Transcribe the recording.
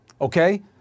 okay